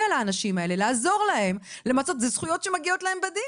ולמי שמקבל הבטחת הכנסה?